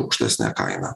aukštesnę kainą